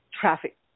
traffic